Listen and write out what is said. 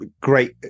great